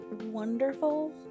wonderful